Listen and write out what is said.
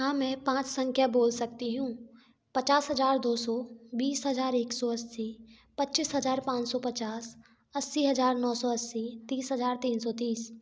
हाँ मैं पाँच संख्या बोल सकती हूँ पचास हजार दो सौ बीस हजार एक सौ अस्सी पच्चीस हजार पाँच सौ पचास अस्सी हज़ार नौ सौ अस्सी तीस हज़ार तीन सौ तीस